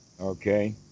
Okay